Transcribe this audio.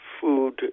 food